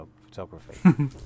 photography